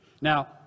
Now